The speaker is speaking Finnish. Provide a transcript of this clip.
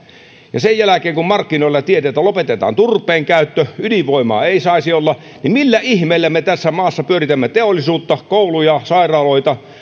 niin sen jälkeen kun markkinoilla tiedetään että lopetetaan turpeen käyttö ja ydinvoimaa ei saisi olla niin millä ihmeellä me tässä maassa pyöritämme teollisuutta kouluja sairaaloita ja